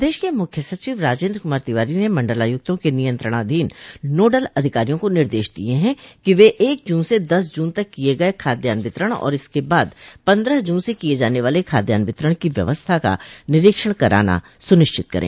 प्रदेश के मुख्य सचिव राजेन्द्र कुमार तिवारी ने मंडलायुक्तों के नियंत्रणाधीन नोडल अधिकारियों को निर्देश दिये हैं कि वे एक जून से दस जून तक किये गये खाद्यान वितरण और इसके बाद पन्द्रह जून से किये जाने वाले खादयान वितरण की व्यवस्था का निरीक्षण कराना सुनिश्चित करे